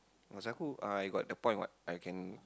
pasal aku uh I got the point [what] I can